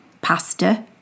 pasta